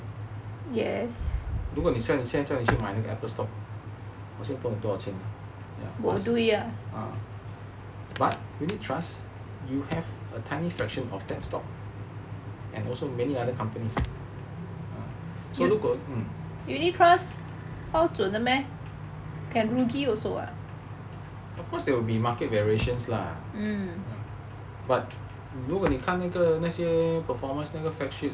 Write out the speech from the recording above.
如果现在叫你去买那个 apple stock 好像不懂多少钱 but unit trust you have a tiny fraction of that stock and also many other companies so 如果 of course there will be market variations lah but 如果你看那个那些 performance 那个 fact sheet